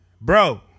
bro